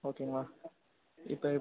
ஓகேங்களா இப்போ